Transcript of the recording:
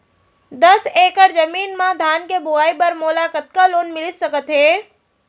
दस एकड़ जमीन मा धान के बुआई बर मोला कतका लोन मिलिस सकत हे?